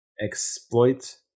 exploit